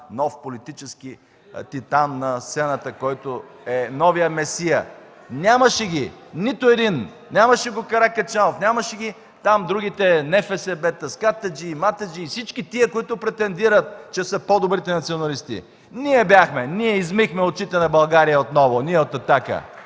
нов политически титан на сцената, който е новият месия. Нямаше ги, нито един! Нямаше го Каракачанов, нямаше ги там другите – НФСБ-та, скатаджии, матаджии, всички тези, които претендират, че са по-добрите националисти. Ние бяхме! Ние измихме очите на България отново, ние от „Атака”!